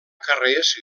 carrers